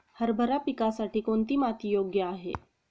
हरभरा पिकासाठी कोणती माती योग्य आहे?